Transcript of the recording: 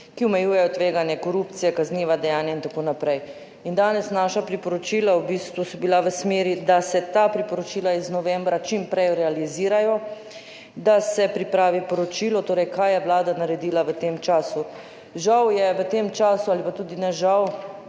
ki omejujejo tveganje korupcije, kazniva dejanja in tako naprej. In danes naša priporočila v bistvu so bila v smeri, da se ta priporočila iz novembra čim prej realizirajo, da se pripravi poročilo, torej kaj je Vlada naredila v tem času. Žal je v tem času ali pa tudi ne žal,